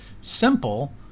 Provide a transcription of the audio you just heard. Simple